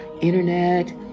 internet